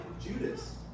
Judas